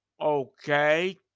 Okay